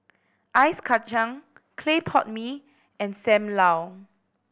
ice kacang clay pot mee and Sam Lau